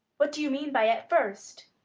what do you mean by at first?